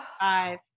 five